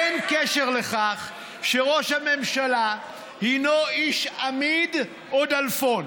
אין קשר לכך שראש הממשלה הינו איש אמיד או דלפון.